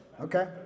Okay